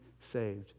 saved